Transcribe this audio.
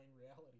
reality